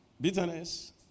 bitterness